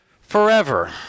Forever